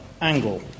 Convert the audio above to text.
angle